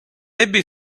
ebbe